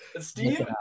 Steve